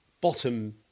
bottom